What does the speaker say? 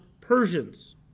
Persians